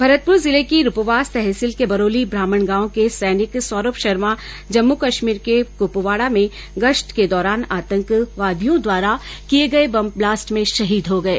भरतपुर जिले की रुपवास तहसील के बरौली ब्राहमण गांव के सैनिक सौरभ शर्मा जम्मू कश्मीर के कूपवाडा में गश्त के दौरान आतंकवादियों द्वारा किये गये बम ब्लास्ट में शहीद हो गये